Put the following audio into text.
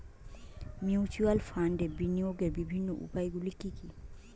Mutual ফান্ডে বিনিয়োগের বিভিন্ন উপায়গুলি কি কি?